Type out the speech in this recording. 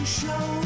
show